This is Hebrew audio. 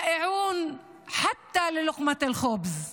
הרעבים אפילו לפת לחם בזמן